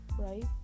right